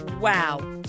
Wow